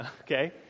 okay